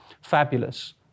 fabulous